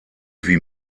wie